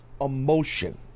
emotion